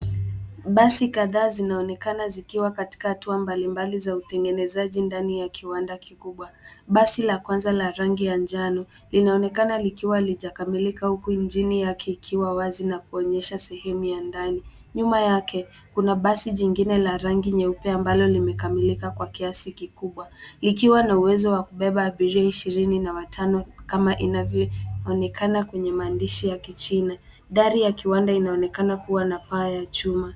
Basi kadhaa zinaonekana zikiwa katika hatua mbalimbali za utengenezaji ndani ya kiwanda kikubwa. Basi la kwanza la rangi ya njano linaonekana likiwa halijakamilika, huku injini yake ikiwa wazi na kuonyesha sehemu ya ndani. Nyuma yake, kuna basi jingine la rangi nyeupe ambalo limekamilika kwa kiasi kikubwa, likiwa na uwezo wa kubeba abiria ishirini na watano kama inavyoonekana kwenye maandishi ya kichina. Dari ya kiwanda inaonekana kuwa na paa ya chuma.